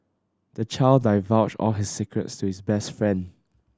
the child divulged all his secrets to his best friend